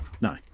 No